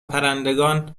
پرندگان